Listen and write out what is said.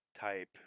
type